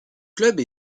club